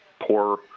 poor